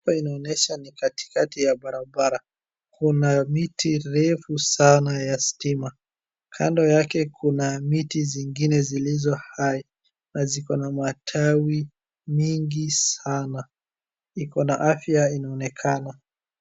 Hapa inaonesha ni katikati ya barabara. Kuna miti refu sana ya stima. Kando yake kuna miti zingine zilizo hai na zikona matawi mingi sana, ikona afya inaonekana.